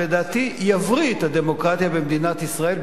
שלדעתי יבריא את הדמוקרטיה במדינת ישראל,